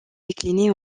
déclinée